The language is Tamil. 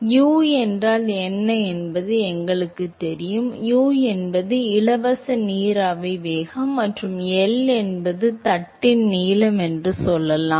யூ என்றால் என்ன என்பது எங்களுக்குத் தெரியும் U என்பது இலவச நீராவி வேகம் மற்றும் L என்பது தட்டின் நீளம் என்று சொல்லலாம்